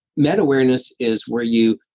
meta-awareness is where you,